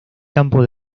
campo